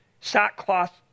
Sackcloth